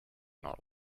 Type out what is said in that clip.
not